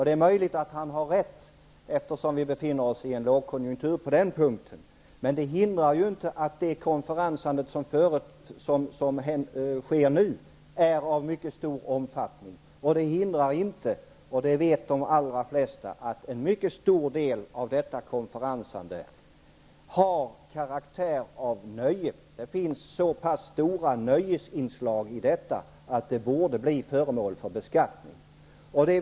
Det är möjligt att han har rätt, eftersom vi befinner oss i en lågkonjunktur. Men det hindrar inte att de redan nu har en mycket stor omfattning. Det hindrar inte att en mycket stor del av dessa har karaktär av nöje. Det vet de flesta. Det finns så stora nöjesinslag i detta, att det borde bli föremål för beskattning.